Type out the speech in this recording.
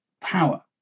power